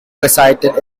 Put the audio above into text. recited